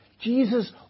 Jesus